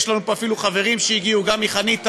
יש לנו פה אפילו חברים שהגיעו גם מחניתה,